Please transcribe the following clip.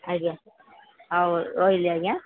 ଆଜ୍ଞା ହଉ ରହିଲି ଆଜ୍ଞା